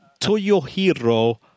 Toyohiro